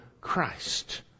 Christ